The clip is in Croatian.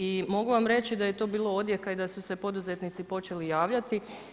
I mogu vam reći da je tu bilo odjeka i da su se poduzetnici počeli javljati.